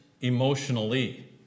emotionally